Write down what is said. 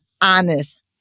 honest